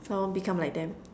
so won't become like them